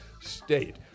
state